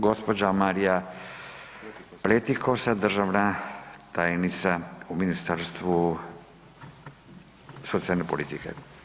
Gđa. Marija Pletikosa, državna tajnica u Ministarstvu socijalne politike.